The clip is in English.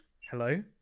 Hello